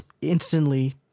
instantly